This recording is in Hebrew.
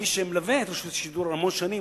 כמי שמלווה את רשות השידור המון שנים,